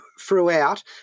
throughout